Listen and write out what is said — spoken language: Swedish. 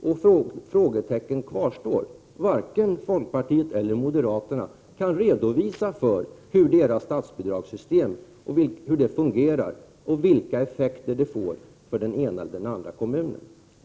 Frågetecken kvarstår. Varken folkpartiet eller moderaterna kan redovisa hur deras förslag till statsbidragssystem fungerar och vilka effekter det får för den ena och den andra kommunen.